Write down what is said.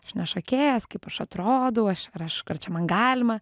aš ne šokėjas kaip aš atrodau aš ar aš k ar čia man galima